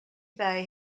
bei